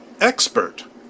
Expert